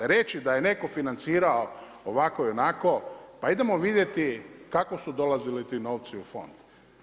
Reći da je netko financirao ovako i onako, pa idemo vidjeti kako su dolazili ti novci u fond.